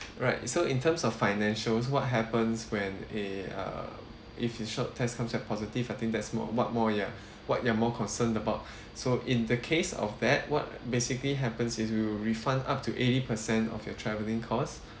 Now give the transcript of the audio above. right so in terms of financials what happens when a uh if your swab test comes out positive I think that's more what more ya what you are more concerned about so in the case of that what basically happens is we will refund up to eighty percent of your travelling cost